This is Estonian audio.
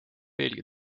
veelgi